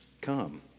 come